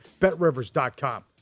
BetRivers.com